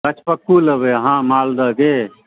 गछपक्कू लेबै अहाँ मालदहके